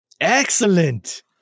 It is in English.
Excellent